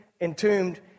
entombed